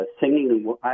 singing